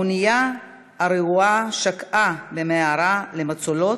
האונייה הרעועה שקעה במהרה למצולות,